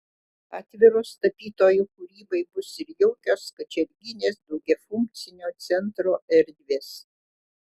atviros tapytojų kūrybai bus ir jaukios kačerginės daugiafunkcio centro erdvės